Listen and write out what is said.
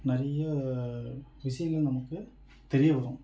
நிறைய விஷயங்கள் நமக்கு தெரிய வரும்